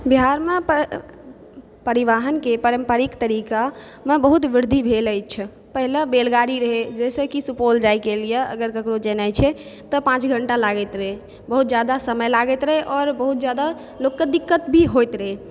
बिहारमे परिवहनके पारम्परिक तरीकामे बहुत वृद्धि भेल अछि पहिने बैलगाड़ी रहै जाहिसँ कि सुपौल जायके लिए अगर ककरो जनाइ छै तऽ पाँच घण्टा लागैत रहै बहुत जादा समय लागैत रहै आओर बहुत जादा लोकके दिक्कत भी होइत रहै